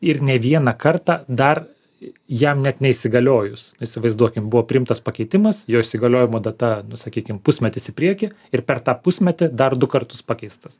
ir ne vieną kartą dar jam net neįsigaliojus įsivaizduokim buvo priimtas pakeitimas jo įsigaliojimo data nu sakykim pusmetis į priekį ir per tą pusmetį dar du kartus pakeistas